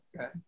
Okay